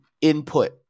input